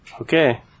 Okay